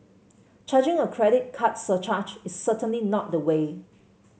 charging a credit card surcharge is certainly not the way